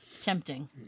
tempting